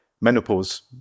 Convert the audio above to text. menopause